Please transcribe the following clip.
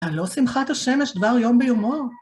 ‫הלא שמחת השמש דבר יום ביומו.